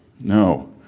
No